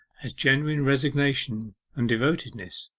as genuine resignation and devotedness.